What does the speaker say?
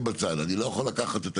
מי שמגיע לצפון אני ממליץ לנסוע ולראות,